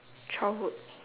childhood